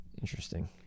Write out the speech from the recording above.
Interesting